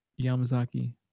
Yamazaki